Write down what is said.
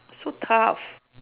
so tough